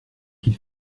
qu’il